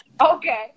Okay